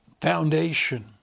foundation